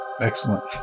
Excellent